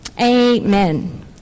amen